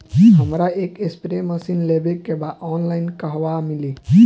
हमरा एक spray machine लेवे के बा ऑनलाइन कहवा मिली?